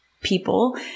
people